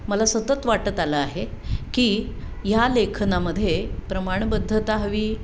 मला सतत वाटत आलं आहे की ह्या लेखनामध्ये प्रमाणबद्धता हवी